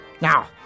Now